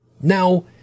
Now